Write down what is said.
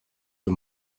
the